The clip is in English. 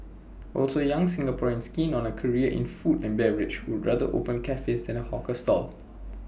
also young Singaporeans keen on A career in food and beverage would rather open cafes than A hawker stall